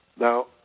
Now